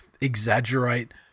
exaggerate